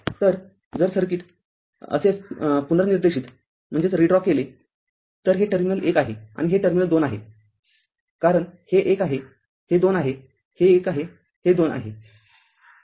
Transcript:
तरजर सर्किट असे पुनर्निर्देशित केले तर हे टर्मिनल १ आहे आणि हे टर्मिनल २ आहे कारण हे १ आहे हे २ आहेहे १ आहेहे २ आहे